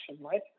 right